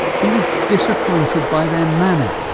she was disappointed by their manner.